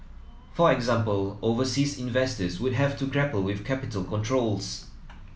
for example overseas investors would have to grapple with capital controls